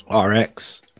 rx